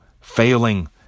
failing